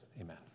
Amen